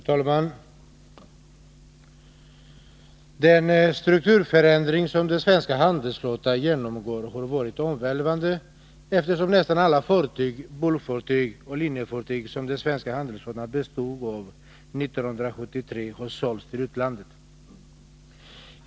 Herr talman! Den strukturförändring som den svenska handelsflottan genomgår har varit omvälvande, eftersom nästan alla tankfartyg, bulkfartyg och linjefartyg som den svenska handelsflottan bestod av 1973 har sålts till utlandet.